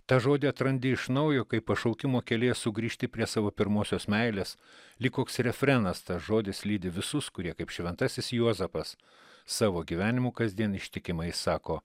tą žodį atrandi iš naujo kaip pašaukimo kelyje sugrįžti prie savo pirmosios meilės lyg koks refrenas tas žodis lydi visus kurie kaip šventasis juozapas savo gyvenimu kasdien ištikimai sako